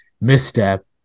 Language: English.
misstep